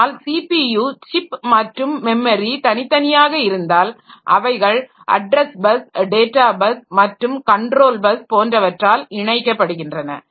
ஆனால் CPU chip மற்றும் memory chip தனித்தனியாக இருந்தால் அவைகள் அட்ரஸ் பஸ் டேட்டா பஸ் மற்றும் கண்ட்ரோல் பஸ் போன்றவற்றால் இணைக்கப்படுகின்றன